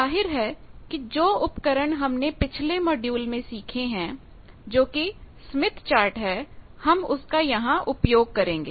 ज़ाहिर है कि जो उपकरण हमने अपने पिछले मॉड्यूल में सीखे हैं जो कि स्मिथ चार्ट है हम उसका यहाँ उपयोग करेंगे